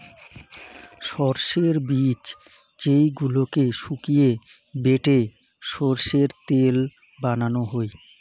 সরষের বীজ যেইগুলোকে শুকিয়ে বেটে সরষের তেল বানানো হই